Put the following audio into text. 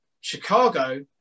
Chicago